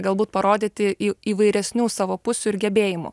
galbūt parodyti įvairesnių savo pusių ir gebėjimų